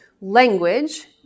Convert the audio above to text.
Language